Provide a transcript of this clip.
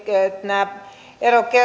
nämä